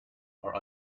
are